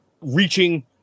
reaching